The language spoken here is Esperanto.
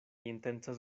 intencas